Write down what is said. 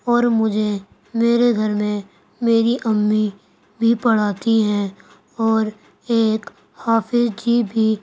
اور مجھے میرے گھر میں میری امی بھی پڑھاتی ہیں اور ایک حافظ جی بھی